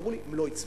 אמרו לי: לא הצביעו.